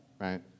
right